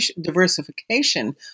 diversification